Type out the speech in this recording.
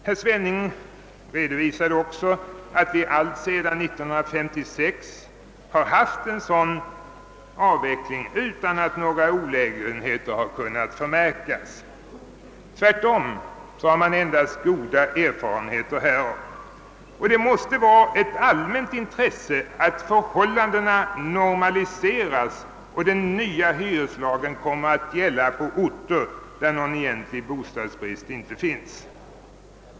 Herr Svenning redovisade också att vi alltsedan 1956 har haft en sådan avveckling utan att några olägenheter kunnat förmärkas. Tvärtom har man endast haft goda erfarenheter härav. Det måste vara ett allmänt intresse att förhållandena normaliseras och att den nya hyreslagen kommer att gälla på orter där någon egentlig bostadsbrist inte finns.